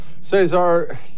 Cesar